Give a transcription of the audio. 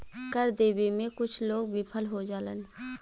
कर देबे में कुछ लोग विफल हो जालन